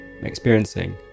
experiencing